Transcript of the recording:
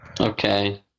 okay